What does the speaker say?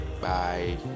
bye